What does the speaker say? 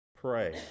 pray